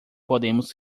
podemos